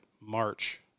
March